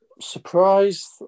surprised